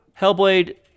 Hellblade